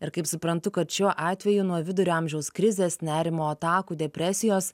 ir kaip suprantu kad šiuo atveju nuo vidurio amžiaus krizės nerimo atakų depresijos